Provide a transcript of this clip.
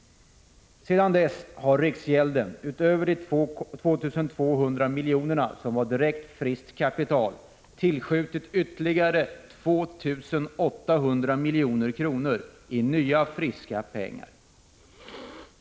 Sedan dess har riksgälden tillskjutit — utöver de 2 200 miljoner som var direkt friskt kapital — ytterligare 2 800 milj.kr. i nya friska pengar.